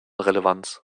relevanz